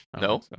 No